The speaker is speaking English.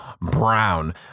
Brown